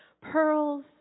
pearls